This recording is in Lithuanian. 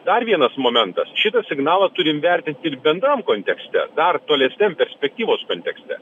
dar vienas momentas šitą signalą turim vertinti ir bendram kontekste dar tolesniam perspektyvos kontekste